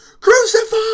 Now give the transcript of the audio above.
crucify